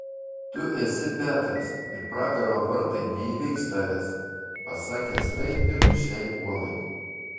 tu esi petras ir pragaro vartai neįveiks tavęs pasakęs tai ir šiai uolai